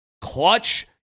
clutch